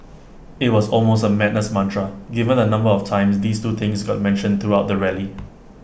IT was almost A madness mantra given the number of times these two things got mentioned throughout the rally